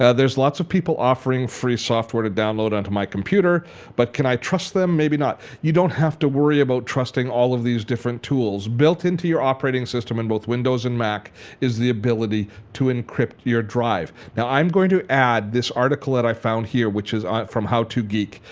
ah there are lots of people offering free software to download onto my computer but can i trust them? maybe not. you don't have to worry about trusting all of these different tools. built into your operating system in both windows and mac is the ability to encrypt your drive. now i'm going to add this article that i found here which is ah from howtogeek.